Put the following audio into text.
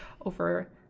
over